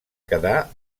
quedar